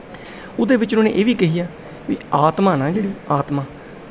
ਉਹਦੇ ਵਿੱਚ ਉਹਨਾਂ ਨੇ ਇਹ ਵੀ ਕਹੀ ਆ ਵੀ ਆਤਮਾ ਨਾ ਜਿਹੜੀ ਆਤਮਾ